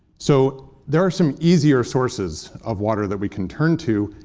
so there are some easier sources of water that we can turn to,